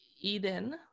Eden